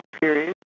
period